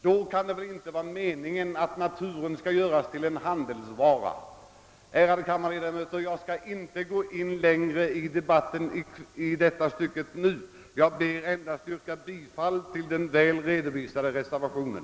Då kan det väl inte vara meningen att naturen skall göras till en handelsvara. Ärade kammarledamöter! Jag skall inte längre debattera detta nu. Jag ber endast att få yrka bifall till den väl redovisade reservationen.